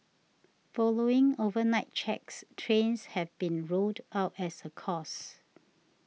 following overnight checks trains have been ruled out as a cause